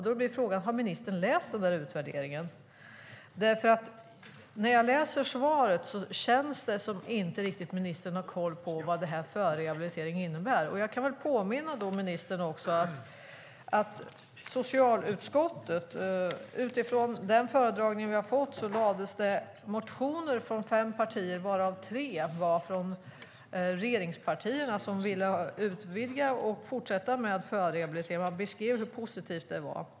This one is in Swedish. Då blir frågan: Har ministern läst utvärderingen? När jag läser svaret känns det som att ministern inte riktigt har koll på vad förrehabilitering innebär. Jag kan då påminna ministern om att det, utifrån den föredragning vi fick i socialutskottet, väcktes motioner från fem partier, varav tre var från regeringspartier som ville utvidga och fortsätta med förrehabilitering - man beskrev hur positivt det var.